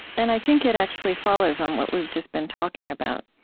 and i think it actually follows on what we've just been talking about,